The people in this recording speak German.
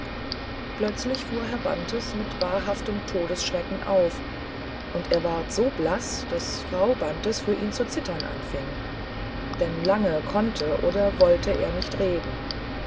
plötzlich fuhr herr bantes mit wahrhaftem todesschrecken auf und er ward so blaß daß frau bantes für ihn zu zittern anfing denn lange konnte oder wollte er nicht reden